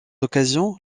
occasions